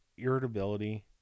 Irritability